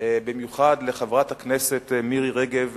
ובמיוחד לחברת הכנסת מירי רגב,